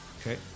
Okay